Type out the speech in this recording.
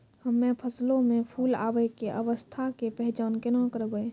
हम्मे फसलो मे फूल आबै के अवस्था के पहचान केना करबै?